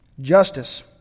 Justice